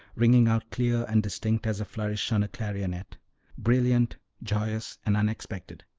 ringing out clear and distinct as a flourish on a clarionet brilliant, joyous, and unexpected,